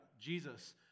Jesus